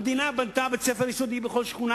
המדינה בנתה בית-ספר יסודי בכל שכונה,